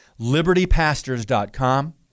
LibertyPastors.com